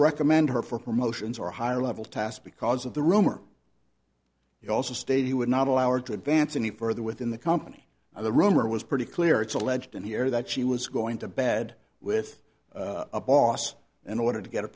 recommend her for her motions or a higher level task because of the rumor he also state he would not allow or to advance any further within the company or the rumor was pretty clear it's alleged in here that she was going to bed with a boss in order to get a